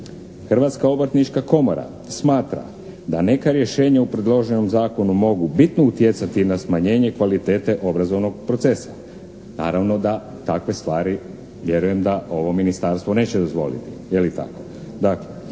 Hrvatska obrtnička komora smatra da neka rješenja u predloženom zakonu mogu bitno utjecati na smanjenje kvalitete obrazovnog procesa. Naravno da takve stvari vjerujem da ovo ministarstvo neće dozvoliti.